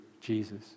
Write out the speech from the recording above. Jesus